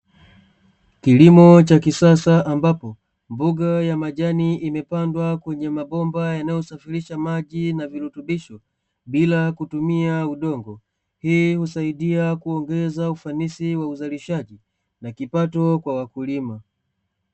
Kilimo cha kisasa ambapo mboga ya majani imepandwa kwenye mabomba yanayosafirisha maji na virutubisho bila kutumia udongo ili husaidia kuongeza ufanisi wa uzalishaji na kipato kwa wakulima.